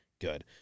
good